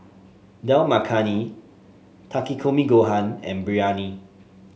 Dal Makhani Takikomi Gohan and Biryani